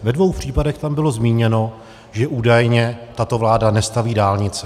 Ve dvou případech tam bylo zmíněno, že údajně tato vláda nestaví dálnice.